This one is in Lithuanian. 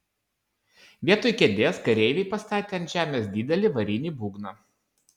vietoj kėdės kareiviai pastatė ant žemės didelį varinį būgną